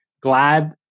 glad